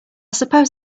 suppose